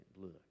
look